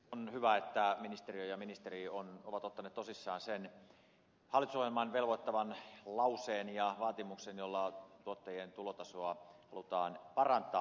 on hyvä että ministeriö ja ministeri ovat ottaneet tosissaan sen hallitusohjelman velvoittavan lauseen ja vaatimuksen jolla tuottajien tulotasoa halutaan parantaa